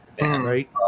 Right